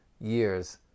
years